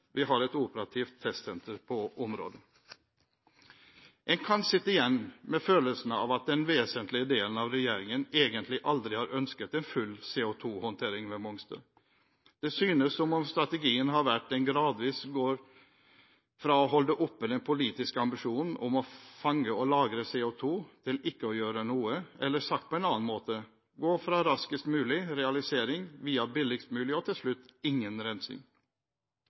Vi har et operativt testsenter på området. En kan sitte igjen med følelsen av at den vesentlige delen av regjeringen egentlig aldri har ønsket en full CO2-håndtering ved Mongstad. Det synes som om strategien har vært at en gradvis går fra å holde oppe den politiske ambisjonen om å fange og lagre CO2, til ikke å gjøre noe, eller sagt på en annen måte: gå fra raskest mulig realisering via billigst mulig og til slutt ingen rensing.